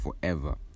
forever